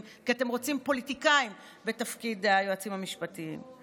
כי אתם רוצים פוליטיקאים בתפקיד היועצים המשפטיים.